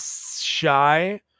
shy